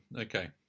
Okay